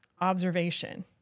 observation